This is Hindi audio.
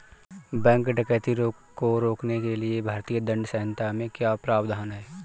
बैंक डकैती को रोकने के लिए भारतीय दंड संहिता में क्या प्रावधान है